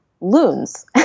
loons